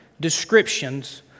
descriptions